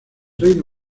reino